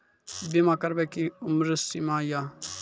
बीमा करबे के कि उम्र सीमा या?